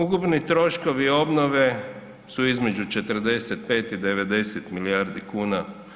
Ukupni troškovi obnove su između 45 i 90 milijardi kuna.